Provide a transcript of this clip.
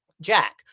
Jack